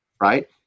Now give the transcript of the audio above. Right